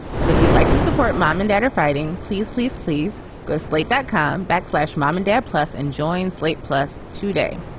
so if you'd like to support mom and dad or fighting, please, please, please go slate that column, backslash mom and dad plus and join slate plus tuesday.